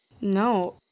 No